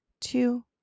two